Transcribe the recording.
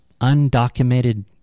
undocumented